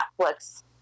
Netflix